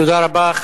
תודה רבה.